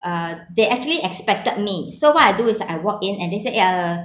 uh they actually expected me so what I do is I walk in and they said uh